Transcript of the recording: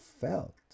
felt